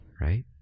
right